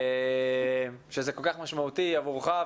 שזה כל כך משמעותי עבורך,